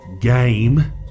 Game